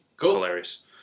hilarious